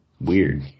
weird